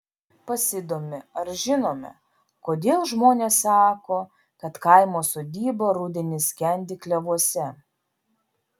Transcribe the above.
pasidomi ar žinome kodėl žmonės sako kad kaimo sodyba rudenį skendi klevuose